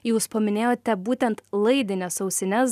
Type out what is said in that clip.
jūs paminėjote būtent laidines ausines